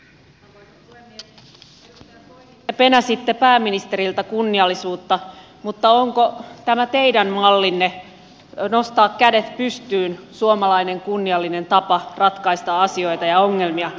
edustaja soini te penäsitte pääministeriltä kunniallisuutta mutta onko tämä teidän mallinne nostetaan kädet pystyyn suomalainen kunniallinen tapa ratkaista asioita ja ongelmia